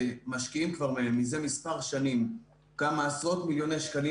משקיעים מזה מספר שנים כמה עשרות מיליוני שקלים